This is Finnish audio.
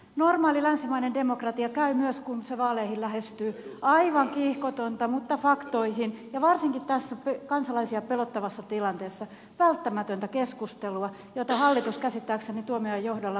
normaali länsimainen demokratia käy myös kun se vaaleihin lähestyy aivan kiihkotonta mutta faktoihin pohjautuvaa ja varsinkin tässä kansalaisia pelottavassa tilanteessa välttämätöntä keskustelua jota hallitus käsittääkseni tuomiojan johdolla valmistelee